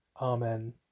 Amen